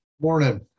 Morning